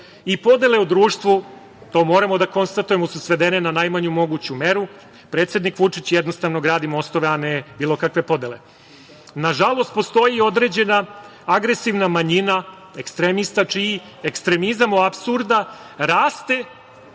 i podele u društvu, to moramo da konstatujemo, su svedene na najmanju moguću meru. Predsednik Vučić, jednostavno, gradi mostove, a ne bilo kakve podele. Nažalost, postoji određena agresivna manjina ekstremista, čiji ekstremizam apsurda raste